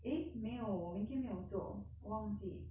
eh 没有我明没有做我忘记